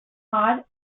hard